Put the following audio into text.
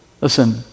Listen